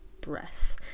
Breath